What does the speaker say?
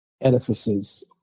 edifices